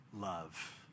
love